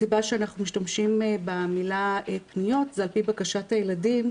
הסיבה שאנחנו משתמשים במילה 'פניות' זה על פי בקשת הילדים,